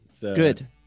Good